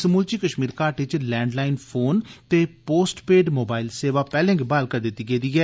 समूलची कश्मीर घाटी च लैंडलाइन फोन ते पोस्टपेड मोबाइल सेवा पैहले गै ब्हाल करी दित्ती गेदी ऐ